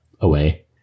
away